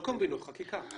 לא קומבינות, חקיקה.